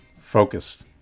focused